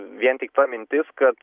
vien tik ta mintis kad